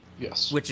Yes